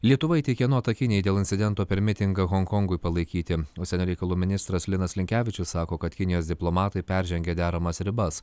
lietuva įteikė notą kinijai dėl incidento per mitingą honkongui palaikyti užsienio reikalų ministras linas linkevičius sako kad kinijos diplomatai peržengė deramas ribas